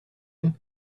been